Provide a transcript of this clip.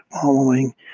following